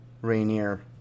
Rainier